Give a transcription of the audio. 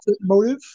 Motive